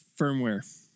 Firmware